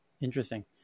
Interesting